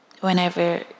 whenever